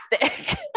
fantastic